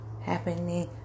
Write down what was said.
happening